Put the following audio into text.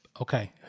Okay